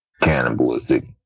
cannibalistic